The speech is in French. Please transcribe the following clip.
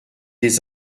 des